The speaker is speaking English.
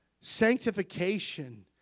sanctification